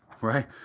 right